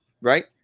right